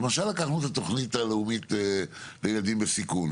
למשל לקחנו את התוכנית הלאומית לילדים בסיכון,